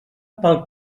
pel